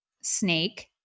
snake